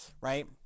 right